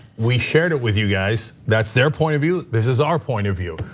we shared it with you guys, that's their point of view, this is our point of view.